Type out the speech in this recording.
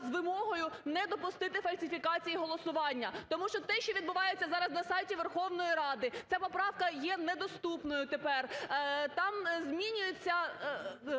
з вимогою не допустити фальсифікації голосування. Тому що те, що відбувається зараз на сайті Верховної Ради, ця поправка є недоступною тепер, там змінюється